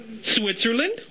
Switzerland